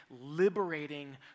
liberating